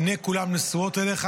עיני כולם נשואות אליך.